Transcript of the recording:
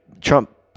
Trump